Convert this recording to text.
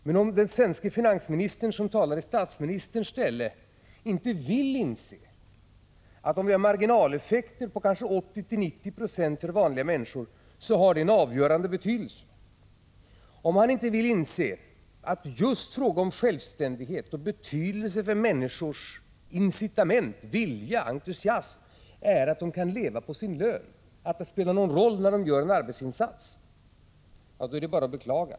Men om den svenske finansministern, som talar i statsministerns ställe, inte vill inse att det har en avgörande betydelse om vi har marginaleffekter på kanske 80—90 > för vanliga människor, om han inte vill inse att det är en fråga om självständighet och att det har betydelse för människors incitament, vilja och entusiasm att de kan leva på sin lön, att det spelar någon roll att de gör en arbetsinsats — då är det bara att beklaga.